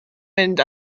mynd